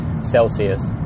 celsius